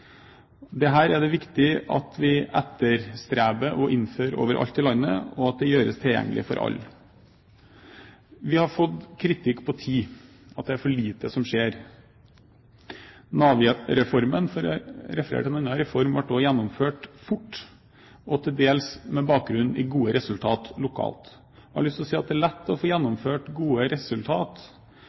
er det viktig at vi etterstreber og innfører overalt i landet, og at det gjøres tilgjengelig for alle. Vi har fått kritikk som går på tid – at det er for lite som skjer. Nav-reformen, for å referere til en annen reform, ble også gjennomført fort og til dels med bakgrunn i gode resultat lokalt. Jeg har lyst til å si at det er lett å få gjennomført gode resultat